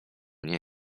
nie